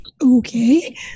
okay